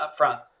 upfront